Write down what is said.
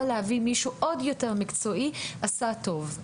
להביא מישהו עוד יותר מקצועי עשה טוב.